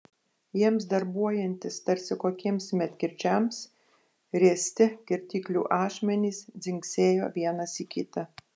jiems darbuojantis tarsi kokiems medkirčiams riesti kirtiklių ašmenys dzingsėjo vienas į kitą